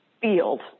field